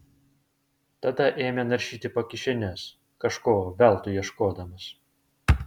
tada ėmė naršyti po kišenes kažko veltui ieškodamas